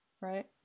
right